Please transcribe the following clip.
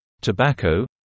tobacco